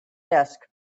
desk